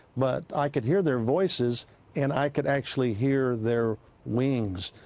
but i could hear their voices and i could actually hear their wings.